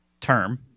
term